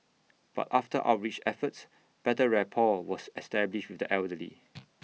but after outreach efforts better rapport was established with the elderly